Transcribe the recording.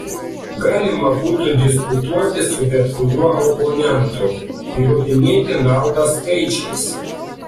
galima būtų diskutuoti su bet kuriuo oponentu įrodinėti naudą skaičiais